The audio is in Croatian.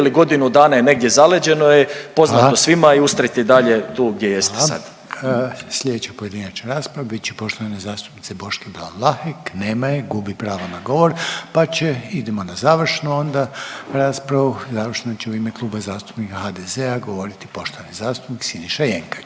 ili godinu dana je negdje zaleđeno je poznato svima …/Upadica: Hvala./… i ustrajte i dalje tu gdje jeste sada. **Reiner, Željko (HDZ)** Hvala. Slijedeća pojedinačna rasprava bit će poštovane zastupnice Boške Ban Vlahek, nema je gubi pravo na govor, pa će idemo na završno onda raspravu, završno će u ime Kluba zastupnika HDZ-a govoriti poštovani zastupnik Siniša Jenkač.